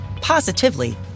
positively